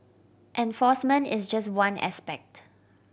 enforcement is just one aspect